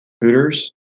Hooters